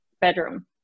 bedroom